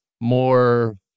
More